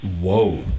Whoa